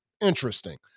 Interesting